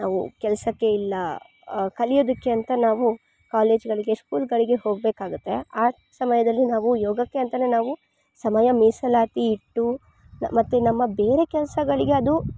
ನಾವು ಕೆಲಸಕ್ಕೆ ಇಲ್ಲ ಕಲಿಯೋದಕ್ಕೆ ಅಂತ ನಾವು ಕಾಲೇಜ್ಗಳಿಗೆ ಸ್ಕೂಲ್ಗಳಿಗೆ ಹೋಗಬೇಕಾಗುತ್ತೆ ಆ ಸಮಯದಲ್ಲಿ ನಾವು ಯೋಗಕ್ಕೆ ಅಂತೆಯೇ ನಾವು ಸಮಯ ಮೀಸಲಾತಿ ಇಟ್ಟು ಮತ್ತು ನಮ್ಮ ಬೇರೆ ಕೆಲಸಗಳಿಗೆ ಅದು